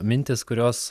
mintys kurios